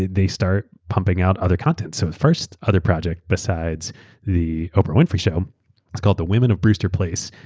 they start pumping out other content. so the first other project besides the oprah winfrey show it's called the women of brewster place.